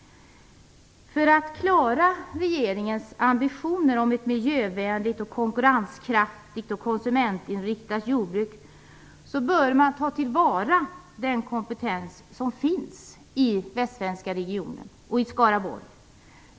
För att klara regeringens ambitioner om ett miljövänligt, konkurrenskraftigt och konsumentinriktat jordbruk bör man ta till vara den kompetens som finns i den västsvenska regionen och i Skaraborg.